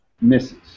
misses